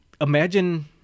Imagine